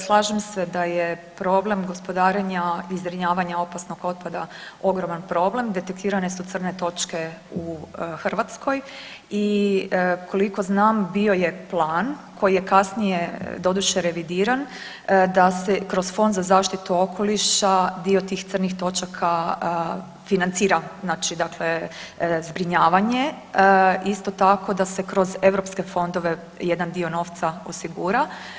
Slažem se da je problem gospodarenja i zbrinjavanja opasnog otpada ogroman problem, detektirane su crne točke u Hrvatskoj i koliko znam bio je plan koji je kasnije doduše revidiran da se kroz Fond za zaštitu okoliša dio tih crnih točaka financira, znači dakle zbrinjavanje, isto tako da se kroz europske fondove jedan dio novca osigura.